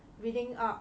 reading up